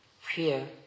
fear